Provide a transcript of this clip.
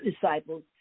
disciples